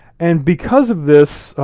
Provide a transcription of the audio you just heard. and because of this,